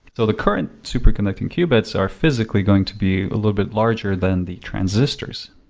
though the current superconducting qubits are physically going to be a little bit larger than the transistors.